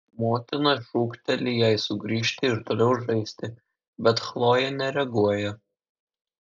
motina šūkteli jai sugrįžti ir toliau žaisti bet chlojė nereaguoja